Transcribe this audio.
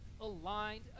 aligned